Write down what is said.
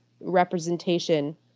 representation